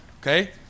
Okay